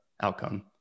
outcome